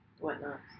whatnot